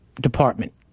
department